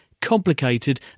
complicated